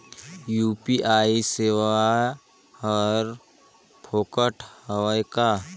UPI सेवाएं हर फोकट हवय का?